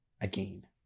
again